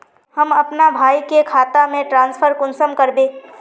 हम अपना भाई के खाता में ट्रांसफर कुंसम कारबे?